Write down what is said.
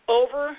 over